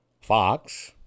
Fox